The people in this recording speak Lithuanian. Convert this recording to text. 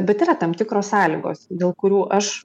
bet yra tam tikros sąlygos dėl kurių aš